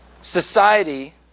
society